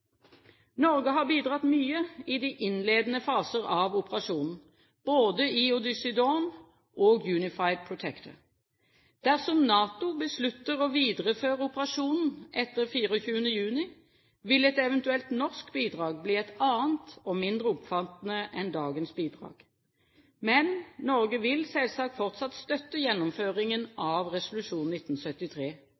Norge har bidratt mye i de innledende faser av operasjonen, både i Odyssey Dawn og Unified Protector. Dersom NATO beslutter å videreføre operasjonen etter 24. juni, vil et eventuelt norsk bidrag bli et annet og mindre omfattende enn dagens bidrag. Men Norge vil selvsagt fortsatt støtte gjennomføringen